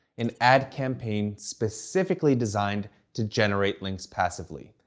an ad campaign specifically designed to generate links passively.